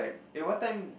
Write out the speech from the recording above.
eh what time